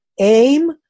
aim